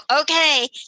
okay